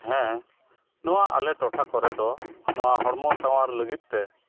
ᱦᱮᱸ ᱱᱚᱣᱟ ᱟᱞᱮ ᱴᱚᱴᱷᱟ ᱠᱚᱨᱮᱫᱚ ᱱᱚᱣᱟ ᱦᱚᱲᱢᱚ ᱥᱟᱶᱟᱨ ᱞᱟᱹᱜᱤᱫᱛᱮ